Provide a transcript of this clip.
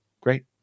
great